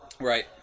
Right